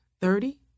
thirty